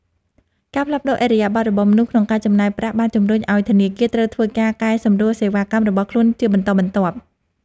ការផ្លាស់ប្តូរឥរិយាបថរបស់មនុស្សក្នុងការចំណាយប្រាក់បានជំរុញឱ្យធនាគារត្រូវធ្វើការកែសម្រួលសេវាកម្មរបស់ខ្លួនជាបន្តបន្ទាប់។